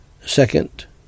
Second